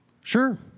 sure